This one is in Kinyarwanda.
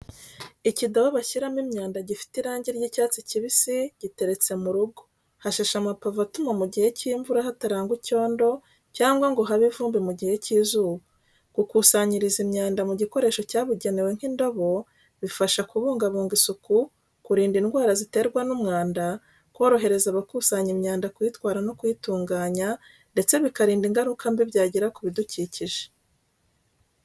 Ikidobo bashyiramo imyanda gifite irangi ry'icyatsi kibisi giteretse mu rugo, hashashe amapave atuma mu gihe cy'imvura hatarangwa icyondo cyangwa ngo habe ivumbi mu gihe cy'izuba. Gukusanyiriza imyanda mu gikoresho cyabugenewe nk’ikidobo, bifasha kubungabunga isuku, kurinda indwara ziterwa n’umwanda, korohereza abakusanya imyanda kuyitwara no kuyitunganya, ndetse bikarinda ingaruka mbi byagira ku bidukikije.